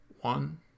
one